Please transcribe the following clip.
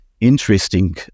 interesting